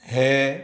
हें